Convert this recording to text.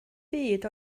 byd